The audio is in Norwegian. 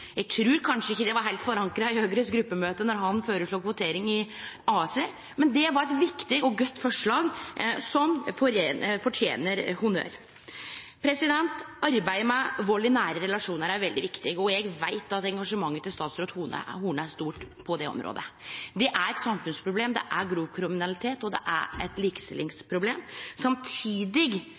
Eg trur kanskje ikkje det var heilt forankra i Høgres gruppemøte då han føreslo kvotering i ASA-styrer. Men det var eit viktig og godt forslag som fortener honnør. Arbeidet med vald i nære relasjonar er veldig viktig, og eg veit at engasjementet til statsråd Horne er stort på det området. Det er eit samfunnsproblem, det er grov kriminalitet, og det er eit likestillingsproblem. Samtidig